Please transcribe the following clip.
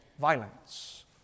violence